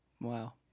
wow